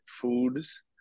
foods